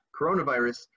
coronavirus